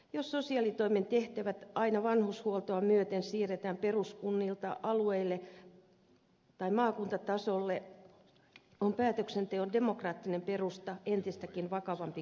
jos sosiaalitoimen tehtävät aina vanhushuoltoa myöten siirretään peruskunnilta alueille tai maakuntatasolle on päätöksenteon demokraattinen perusta entistäkin vakavampi kysymys